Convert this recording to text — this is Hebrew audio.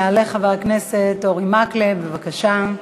יעלה חבר הכנסת אורי מקלב, בבקשה.